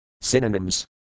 Synonyms